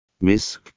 Miss